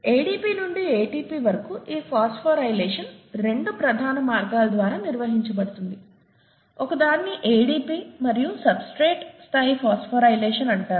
ADP నుండి ATP వరకు ఈ ఫాస్ఫోరైలేషన్ రెండు ప్రధాన మార్గాల ద్వారా నిర్వహించబడుతుంది ఒకదానిని ADP యొక్క సబ్స్ట్రేట్ స్థాయి ఫాస్ఫోరైలేషన్ అంటారు